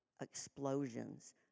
explosions